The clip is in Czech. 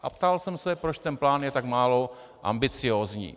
A ptal jsem se, proč ten plán je tak málo ambiciózní.